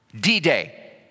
D-Day